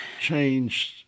changed